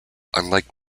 unlike